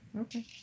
Okay